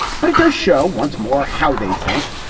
but it does show once more how they think,